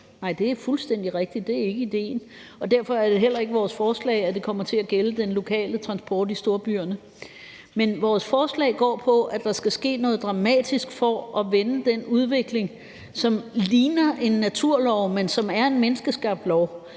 Nej, det er fuldstændig rigtigt; det er ikke idéen. Derfor er det heller ikke vores forslag, at det kommer til at gælde den lokale transport i storbyerne. Men vores forslag går på, at der skal ske noget dramatisk for at vende den udvikling, som ligner en naturlov, men som er en menneskeskabt lov.